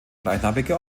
gleichnamige